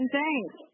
Thanks